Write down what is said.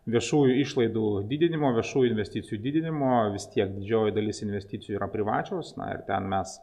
viešųjų išlaidų didinimo viešųjų investicijų didinimo vis tiek didžioji dalis investicijų yra privačios ar ten mes